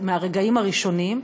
מהרגעים הראשונים,